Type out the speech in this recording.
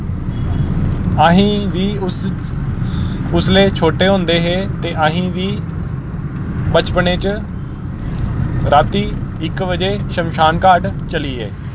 असेंं बी उस उसलै छोटे होंदे हे ते असीं बचपनें च रातीं इक बजे शमशानघाट चली गे